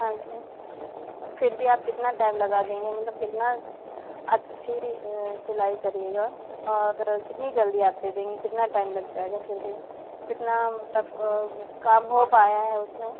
हाँ जी फ़िर भी आप कितना टाइम लगा देंगे मतलब कितना अच्छी सिलाई करिएगा और कितनी जल्दी आप दे देंगी कितना टाइम लग जाएगा फिर भी कितना मतलब काम हो पाया है उसमें